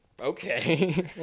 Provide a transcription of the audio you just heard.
okay